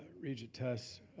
regent tuss.